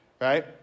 right